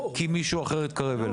כי מישהו אחר התקרב אליו.